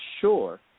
sure